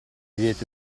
diede